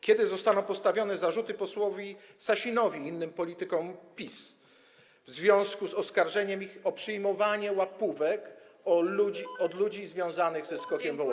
Kiedy zostaną postawione zarzuty posłowi Sasinowi i innym politykom PiS w związku z oskarżeniem ich o przyjmowanie łapówek od ludzi związanych ze SKOK-iem Wołomin?